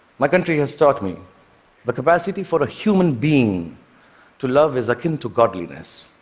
my country has taught me the capacity for a human being to love is akin to godliness.